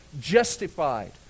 Justified